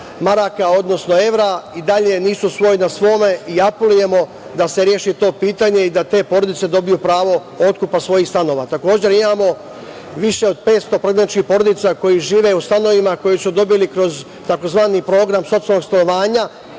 maraka, odnosno evra, i dalje nisu svoj na svome i apelujemo da se reši to pitanje i da te porodice dobiju pravo otkupa svojih stanova. Takođe, imamo više od 500 prognaničkih porodica koji žive u stanovima koji su dobili kroz tzv. program socijalnog stanovanja